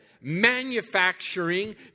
manufacturing